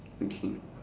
okay